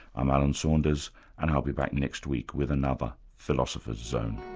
i'm alan saunders and i'll be back next week with another philosopher's zone